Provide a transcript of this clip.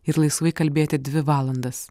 ir laisvai kalbėti dvi valandas